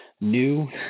new